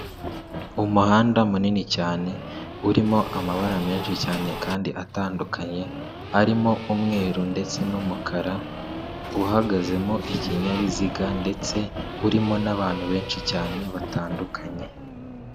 Umuhanda munini cyane urimo amabara menshi cyane kandi atandukanye, arimo umweru ndetse n'umukara, uhagazemo ikinyabiziga ndetse urimo n'abantu benshi cyane batandukanye.